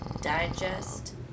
Digest